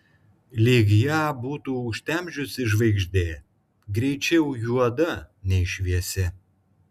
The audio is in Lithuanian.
lyg ją būtų užtemdžiusi žvaigždė greičiau juoda nei šviesi